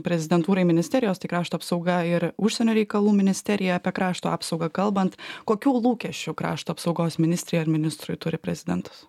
prezidentūrai ministerijos tai krašto apsauga ir užsienio reikalų ministerija apie krašto apsaugą kalbant kokių lūkesčių krašto apsaugos ministrei ar ministrui turi prezidentas